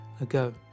ago